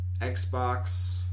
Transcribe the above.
Xbox